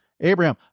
Abraham